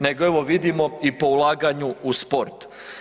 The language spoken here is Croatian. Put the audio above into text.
Nego evo, vidimo i po ulaganju u sport.